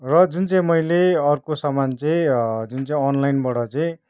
र जुन चाहिँ मैले अर्को सामान चाहिँ जुन चाहिँ अनलाइनबाट चाहिँ